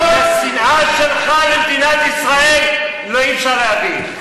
את השנאה שלך למדינת ישראל אי-אפשר להבין.